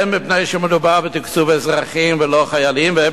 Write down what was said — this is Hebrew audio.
הן מפני שמדובר בתקצוב אזרחים ולא חיילים והן